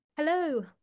Hello